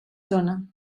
zona